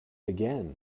again